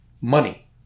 money